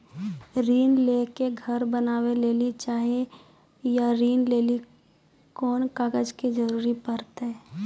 ऋण ले के घर बनावे लेली चाहे या ऋण लेली कोन कागज के जरूरी परतै?